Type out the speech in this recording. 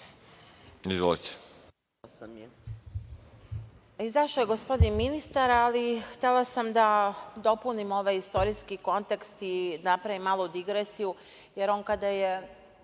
Izašao je gospodin ministar, ali htela sam da dopunim ovaj istorijski kontekst i napravim malu digresiju, jer on kada je